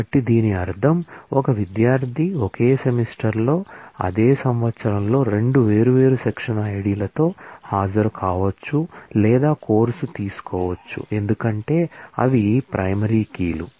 కాబట్టి దీని అర్ధం ఒక విద్యార్థి ఒకే సెమిస్టర్లో అదే సంవత్సరంలో 2 వేర్వేరు సెక్షన్ ఐడిలతో హాజరుకావచ్చు లేదా కోర్సు తీసుకోవచ్చు ఎందుకంటే అవి ప్రైమరీ కీ లు